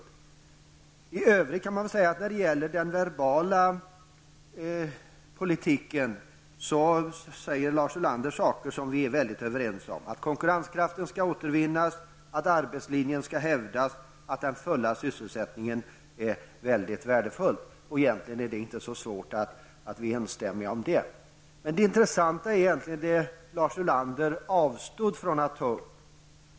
När det gäller, skulle jag vilja säga, den verbala politiken i övrigt anför Lars Ulander saker som vi är mycket överens om. Konkurrenskraften skall återvinnas. Arbetslinjen skall hävdas. Det är mycket viktigt att vi har full sysselsättning. Egentligen är det inte särskilt svårt att uppnå samstämmighet på den punkten. Det intressanta är egentligen det som Lars Ulander avstod från att ta upp.